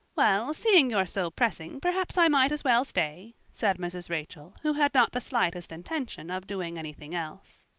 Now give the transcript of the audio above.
well, seeing you're so pressing, perhaps i might as well, stay said mrs. rachel, who had not the slightest intention of doing anything else.